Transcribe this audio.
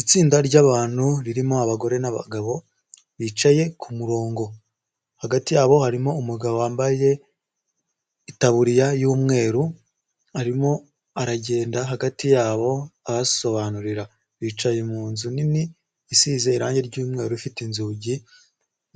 Itsinda ry’abantu ririmo abagore n’abagabo bicaye ku murongo, hagati yabo harimo umugabo wambaye itaburiya y’umweru, arimo aragenda hagati yabo abasobanurira. Bicaye mu nzu nini isize irangi ry’umweru, ifite inzugi